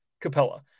Capella